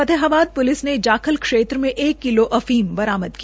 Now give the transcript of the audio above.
Fatehabad police ने जाखल क्षेत्र मे एक किलो अफीम बरामद की